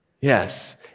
yes